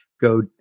go